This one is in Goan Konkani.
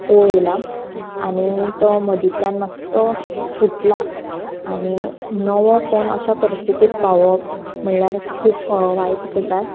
ओळ येयलां आनी तो मदींतल्यान मातसो फुटला आनी नवो फोन अशा परिस्थितींत पावोवप म्हणल्यार खूब वायट गजाल